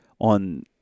on